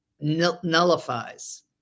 nullifies